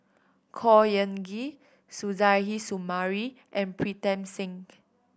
Khor Ean Ghee Suzairhe Sumari and Pritam Singh